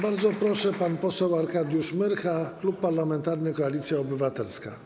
Bardzo proszę, pan poseł Arkadiusz Myrcha, Klub Parlamentarny Koalicja Obywatelska.